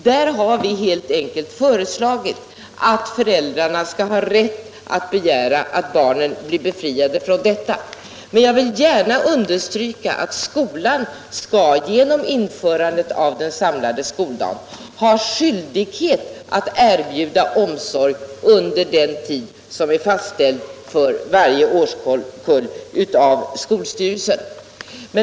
På den punkten har vi föreslagit att föräldrarna helt enkelt skall ha rätt att begära att barnen blir befriade från dessa aktiviteter. Men jag vill gärna understryka att skolan genom införandet av den samlade skoldagen skall ha skyldighet att erbjuda omsorg under den tid som av skolstyrelsen är fastställd för varje årskurs.